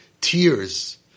tears